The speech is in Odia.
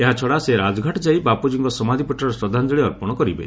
ଏହାଛଡା ସେ ରାଜଘାଟ ଯାଇ ବାପୁଜୀଙ୍କ ସମାଧି ପୀଠରେ ଶବ୍ଧାଞ୍ଜଳୀ ଅର୍ପଣ କରିବେ